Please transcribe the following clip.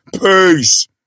Peace